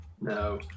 No